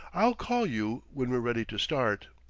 i'll call you when we're ready to start.